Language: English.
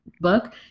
book